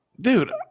dude –